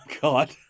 God